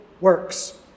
works